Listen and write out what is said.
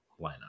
lineup